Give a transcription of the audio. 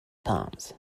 pounds